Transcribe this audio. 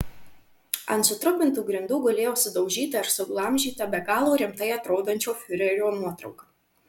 ant sutrupintų grindų gulėjo sudaužyta ir suglamžyta be galo rimtai atrodančio fiurerio nuotrauka